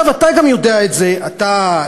אתה גם יודע את זה, אתה,